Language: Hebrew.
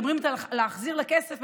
כשמדברים על להחזיר לה כסף,